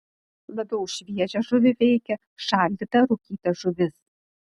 labiau už šviežią žuvį veikia šaldyta rūkyta žuvis